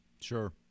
Sure